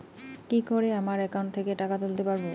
কি করে আমার একাউন্ট থেকে টাকা তুলতে পারব?